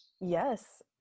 Yes